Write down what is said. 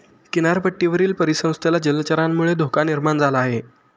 किनारपट्टीवरील परिसंस्थेला जलचरांमुळे धोका निर्माण झाला आहे